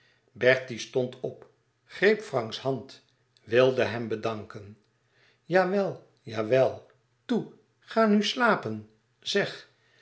bertie stond op greep franks hand wilde hem bedanken jawel jawel toe ga nu slapen zeg